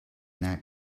that